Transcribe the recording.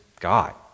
God